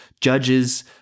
judges